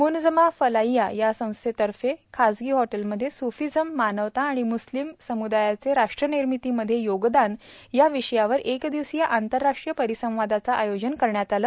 मुनजमा फलाईया या संस्थेतर्फे खाजगी हॉटेल मध्ये स्फीझम मानवता आणि मुस्लिम समुदायाचे राष्ट्रनिर्मितीमध्ये योगदान या विषयावर एकदिवसीय आंतरराष्ट्रीय परिसंवादाचे आयोजन करण्यात आले